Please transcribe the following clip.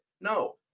No